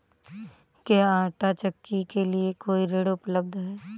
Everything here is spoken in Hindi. क्या आंटा चक्की के लिए कोई ऋण उपलब्ध है?